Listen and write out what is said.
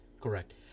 Correct